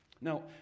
Now